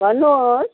भन्नुहोस्